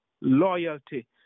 loyalty